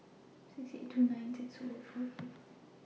six eight two nine six Zero four eight